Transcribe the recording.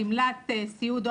הגמלת סיעוד,